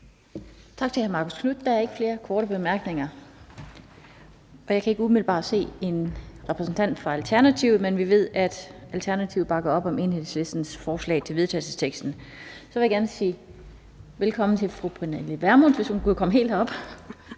Tak til hr. Marcus Knuth. Der er ikke flere korte bemærkninger. Jeg kan ikke umiddelbart se en repræsentant fra Alternativet, men vi ved, at Alternativet bakker op om Enhedslistens forslag til vedtagelse. Så vil jeg gerne sige velkommen til fru Pernille Vermund. Kl. 17:20 (Ordfører) Pernille